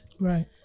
right